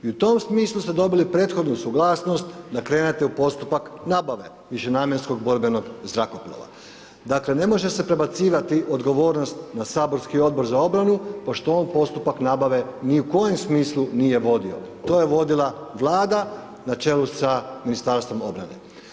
I u tom smislu ste dobili prethodnu suglasnost da krenete u postupak nabave višenamjenskog borbenog zrakoplova, dakle ne može se prebacivati odgovornost na saborski Odbor za obranu, pošto on postupak nabave ni u kojem smislu nije vodio, to je vodila Vlada na čelu sa Ministarstvom obrane.